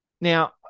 now